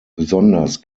besonders